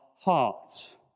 hearts